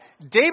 David